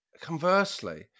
conversely